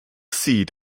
seat